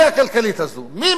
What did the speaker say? מאיפה הוא המציא אותה?